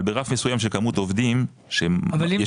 אבל ברף מסוים של כמות עובדים שיש מפעל